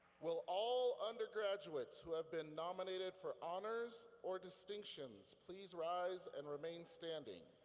will all undergraduates who have been nominated for honors or distinctions please rise and remain standing.